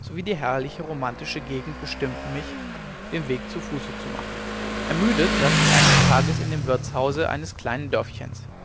sowie die herrliche romantische gegend bestimmten mich den weg zu fuße zu machen ermüdet saß ich eines tages in dem wirtshause eines kleinen dörfchens